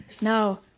No